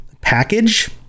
package